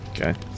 Okay